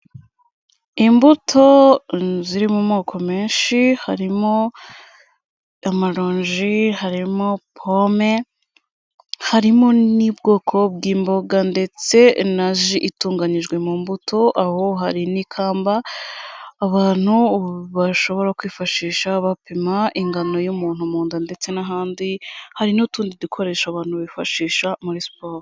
Imbuto ziri mu moko menshi harimo amaronji, harimo pome, harimo n'ubwoko bw'imboga ndetse na ji itunganijwe mu mbuto, aho hari n'ikamba abantu bashobora kwifashisha bapima ingano y'umuntu mu nda, ndetse n'ahandi, hari n'utundi dukoresho abantu bifashisha muri siporo.